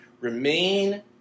remain